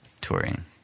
touring